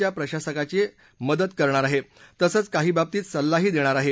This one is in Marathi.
च्या प्रशासकाची सहाय्यता करणार आहे तसंच काही बाबतीत सल्लाही देणार आहे